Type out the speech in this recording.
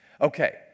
Okay